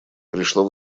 пришло